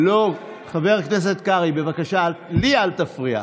חבר הכנסת קרעי, בבקשה, לי אל תפריע.